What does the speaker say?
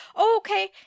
okay